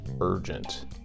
Urgent